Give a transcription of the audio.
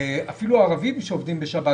אפילו אם ערבים שעובדים בשבת,